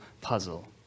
puzzle